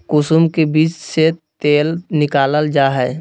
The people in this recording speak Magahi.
कुसुम के बीज से तेल निकालल जा हइ